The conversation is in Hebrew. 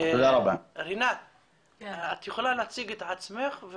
רינת, את יכולה להציג את עצמך?